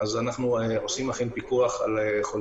אנחנו עושים עליהם.